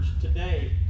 today